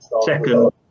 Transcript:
second